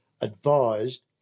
advised